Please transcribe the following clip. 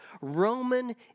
Roman